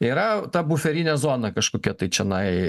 yra ta buferinė zona kažkokia tai čianai